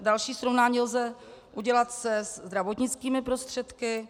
Další srovnání lze udělat se zdravotnickými prostředky.